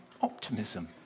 optimism